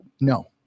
No